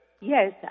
Yes